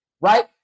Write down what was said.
right